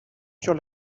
sur